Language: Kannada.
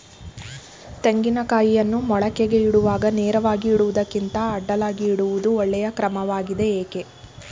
ತೆಂಗಿನ ಕಾಯಿಯನ್ನು ಮೊಳಕೆಗೆ ಇಡುವಾಗ ನೇರವಾಗಿ ಇಡುವುದಕ್ಕಿಂತ ಅಡ್ಡಲಾಗಿ ಇಡುವುದು ಒಳ್ಳೆಯ ಕ್ರಮವಾಗಿದೆ ಏಕೆ?